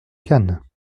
cannes